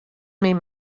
myn